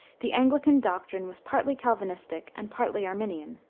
the anglican doctrine was partly calvinistic and partly arminian.